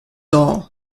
all